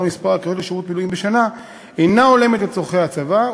מספר הקריאות לשירות מילואים בשנה אינה הולמת את צורכי הצבא,